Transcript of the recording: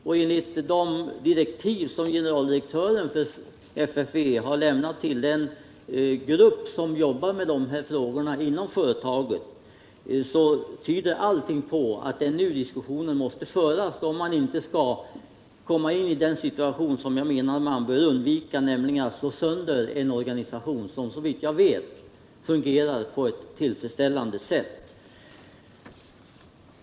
Och enligt de direktiv som generaldirektören för FFV har lämnat till den grupp som jobbar med de här frågorna inom företaget tyder allting på att det är nu diskussionen måste föras om man inte skall hamna i den situation som jag menar att man bör undvika, nämligen att slå sönder den organisation som såvitt jag vet fungerar på ett tillfredsställande sätt.